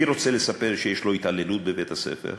מי רוצה לספר שיש לו התעללות בבית-הספר?